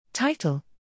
Title